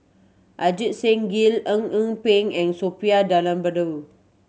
Ajit Singh Gill Eng Eng Peng and Suppiah Dhanabalan